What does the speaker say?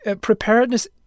preparedness